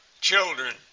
children